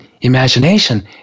imagination